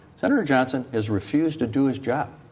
senator johnson has refused to do his job.